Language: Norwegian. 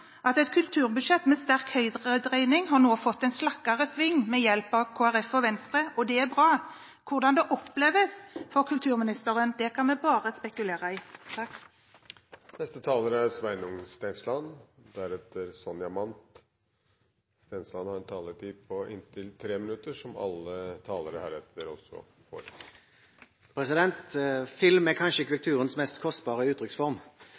at et kulturbudsjett med sterk høyredreining nå har fått en slakkere sving ved hjelp av Kristelig Folkeparti og Venstre, og det er bra. Hvordan det oppleves for kulturministeren, kan vi bare spekulere i. De talere som heretter får ordet, har en taletid på inntil 3 minutter. Film er kanskje kulturens mest kostbare uttrykksform.